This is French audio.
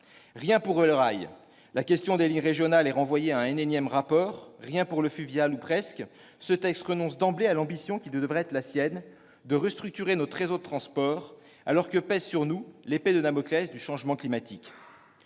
Rien pour le rail- la question des lignes régionales est renvoyée à un énième rapport ! Rien pour le fluvial, ou presque ! Ce texte renonce d'emblée à l'ambition qui devrait être la sienne : restructurer notre réseau de transport, alors que pèse sur nous l'épée de Damoclès du changement climatique.